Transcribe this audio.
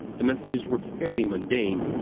the messages were fairly mundane,